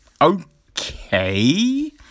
okay